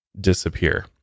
disappear